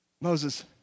Moses